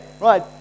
right